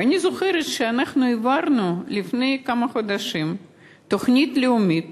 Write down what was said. ואני זוכרת שהעברנו לפני כמה חודשים תוכנית לאומית